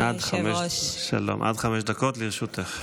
עד חמש דקות לרשותך.